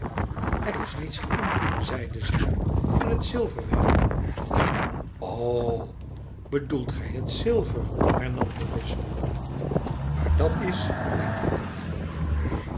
er is niets in zeide zij en t zilverwerk o bedoelt gij het zilver hernam de bisschop waar dat is weet ik niet